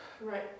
Right